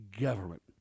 government